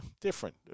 different